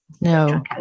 No